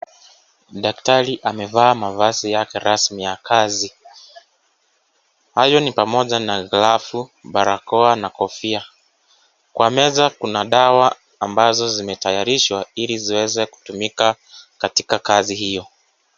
Daktari amevaa mavazi yake rasmi ya kazi. Hayo ni pamoja na glavu, barakoa na kofia. Kwa meza kuna dawa ambazo zimetayarishwa ili ziweze kutumika katika kazi hiyo.